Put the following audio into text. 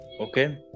Okay